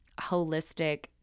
holistic